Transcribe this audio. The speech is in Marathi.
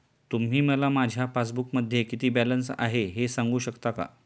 तुम्ही मला माझ्या पासबूकमध्ये किती बॅलन्स आहे हे सांगू शकता का?